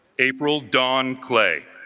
april dawn clay